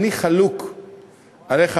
אני חלוק עליך,